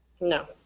No